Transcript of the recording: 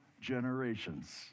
generations